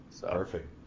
Perfect